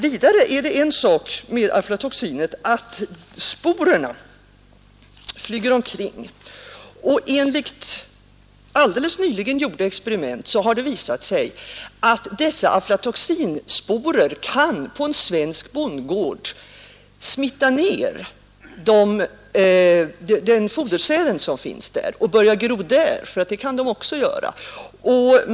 Vidare är det så med aflatoxinet att sporerna flyger omkring, och enligt alldeles nyligen gjorda experiment har det visat sig att dessa aflatoxinsporer kan på en svensk bondgård smitta ner den fodersäd som finns där och börja gro — det kan de nämligen också göra på säd.